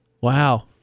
Wow